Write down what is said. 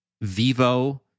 Vivo